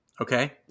Okay